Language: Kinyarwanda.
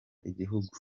igihugu